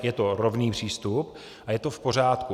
Je to rovný přístup a je to v pořádku.